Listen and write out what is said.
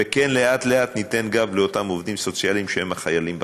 וכן לאט-לאט ניתן גב לאותם עובדים סוציאליים שהם החיילים בחזית.